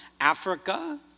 Africa